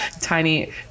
tiny